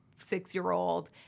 six-year-old